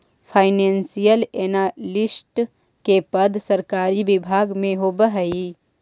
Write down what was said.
financial analyst के पद सरकारी विभाग में होवऽ हइ